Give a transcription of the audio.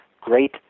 great